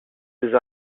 des